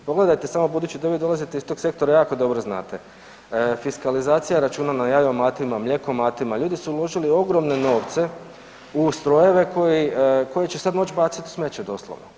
Pogledajte samo, budući da vi dolazite iz tog sektora jako dobro znate, fiskalizacija računa ja jajomatima, mlijekomatima, ljudi su uložili ogromne novce u strojeve koje će sad moći baciti u smeće doslovno.